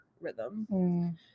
rhythm